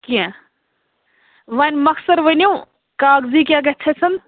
کیٚںٛہہ وۄنۍ مۄخسَر ؤنِو کاکزی کیٛاہ گژھِ اَسٮ۪ن